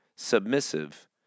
Submissive